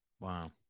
Wow